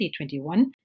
2021